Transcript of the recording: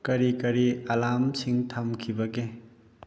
ꯀꯔꯤ ꯀꯔꯤ ꯑꯂꯥꯝꯁꯤꯡ ꯊꯝꯈꯤꯕꯒꯦ